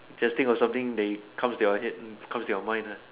just think of something that you comes to your head mm comes to your mind ah